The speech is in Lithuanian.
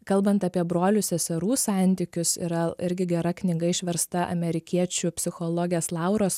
kalbant apie brolių seserų santykius yra irgi gera knyga išversta amerikiečių psichologės lauros